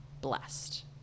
blessed